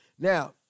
Now